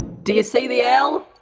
do you see the l?